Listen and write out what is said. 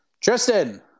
Tristan